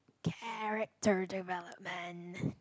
character development